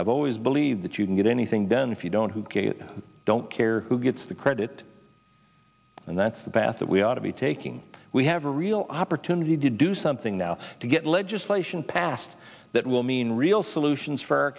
i've always believed that you can get anything done if you don't who kate don't care who gets the credit and that's the path that we ought to be taking we have a real opportunity to do something now to get legislation passed that will mean real solutions for